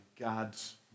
God's